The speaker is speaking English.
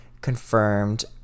confirmed